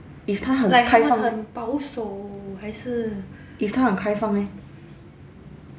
if 他很开放 if 他很开放哦